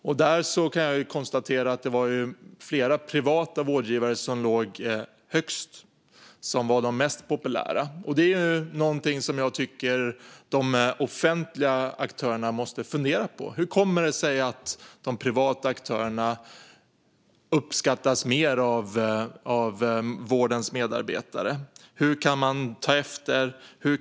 Jag kan konstatera att det var flera privata vårdgivare som låg högst och var de populäraste. Detta är något som jag tycker att de offentliga aktörerna måste fundera på: Hur kommer det sig att de privata aktörerna uppskattas mer av vårdens medarbetare? Hur kan man ta efter dem?